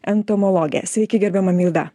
entomologė sveiki gerbiama milda